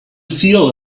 feel